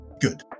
good